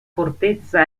fortezza